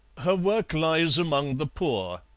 her work lies among the poor.